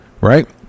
right